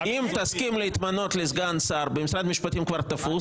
אם תסכים להתמנות לסגן שר - משרד המשפטים כבר תפוס